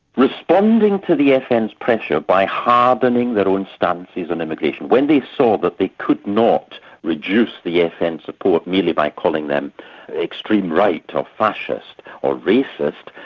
responding to the fn's pressure by hardening their own stances on immigration. when they saw that they could not reduce the fn support merely by calling them extreme right, or fascist, or racist,